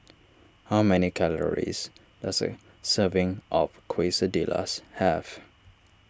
how many calories does a serving of Quesadillas have